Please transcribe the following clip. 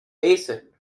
basin